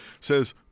Says